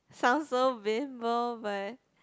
sounds so bimbo but